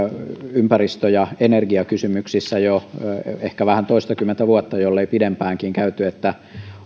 ympäristö ja energiakysymyksissä ehkä jo toistakymmentä vuotta jollei vähän pidempäänkin että